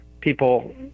people